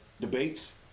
debates